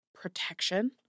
protection